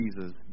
Jesus